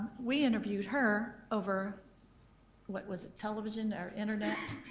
we interviewed her over what was a television or internet.